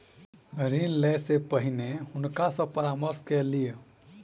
ऋण लै से पहिने हुनका सॅ परामर्श कय लिअ